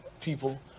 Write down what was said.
people